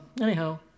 Anyhow